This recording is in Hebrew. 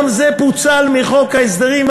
גם זה פוצל מחוק ההסדרים,